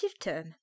term